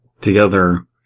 together